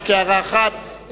רק הערה אחת,